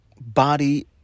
body